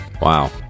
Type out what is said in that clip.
wow